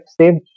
saved